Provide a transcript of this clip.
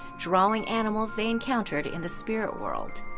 drawing animals they encountered in the spirit world.